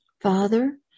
Father